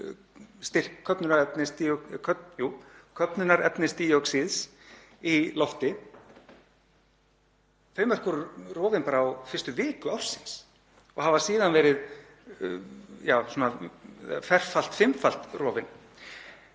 styrk köfnunarefnisdíoxíðs í lofti. Þau mörk voru rofin bara á fyrstu viku ársins og hafa síðan verið ferfalt eða fimmfalt rofin.